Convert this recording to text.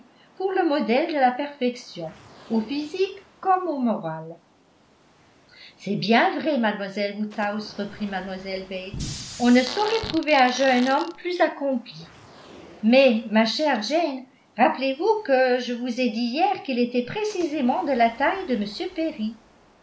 pour le modèle de la perfection au physique comme au moral c'est bien vrai mlle woodhouse reprit mlle bates on ne saurait trouver un jeune homme plus accompli mais ma chère jane rappelez-vous que je vous ai dit hier qu'il était précisément de la taille de m perry